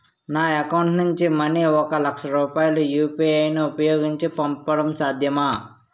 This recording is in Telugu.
నా అకౌంట్ నుంచి మనీ ఒక లక్ష రూపాయలు యు.పి.ఐ ను ఉపయోగించి పంపడం సాధ్యమా?